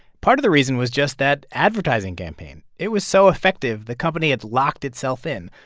part of the reason was just that advertising campaign. it was so effective, the company had locked itself in.